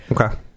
okay